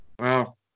Wow